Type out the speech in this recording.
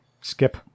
Skip